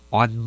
on